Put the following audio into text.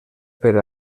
per